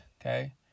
okay